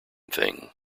thing